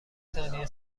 ثانیه